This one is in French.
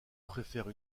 préfère